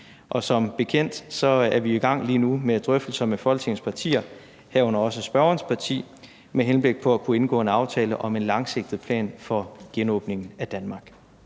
som bekendt er vi lige nu i gang med drøftelser med Folketingets partier, herunder også spørgerens parti, med henblik på at kunne indgå en aftale om en langsigtet plan for genåbningen af Danmark.